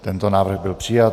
Tento návrh byl přijat.